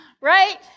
right